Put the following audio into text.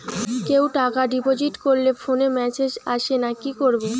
কেউ টাকা ডিপোজিট করলে ফোনে মেসেজ আসেনা কি করবো?